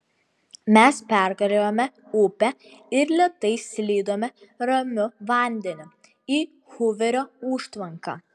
mes pergalėjome upę ir lėtai slydome ramiu vandeniu į huverio užtvanką